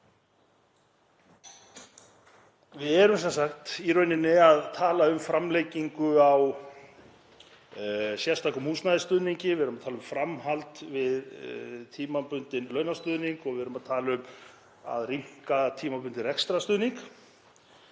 Við erum sem sagt í rauninni að tala um framlengingu á sérstökum húsnæðisstuðningi. Við erum að tala um framhald við tímabundinn launastuðning og við erum að tala um að rýmka tímabundinn rekstrarstuðning.